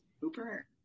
Hooper